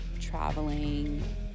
traveling